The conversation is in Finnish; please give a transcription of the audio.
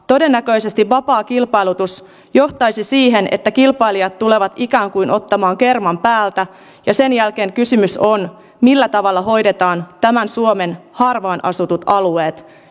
todennäköisesti vapaa kilpailutus johtaisi siihen että kilpailijat tulevat ikään kuin ottamaan kerman päältä ja sen jälkeen kysymys on siitä millä tavalla hoidetaan suomen harvaan asutut alueet